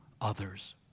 others